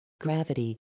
Gravity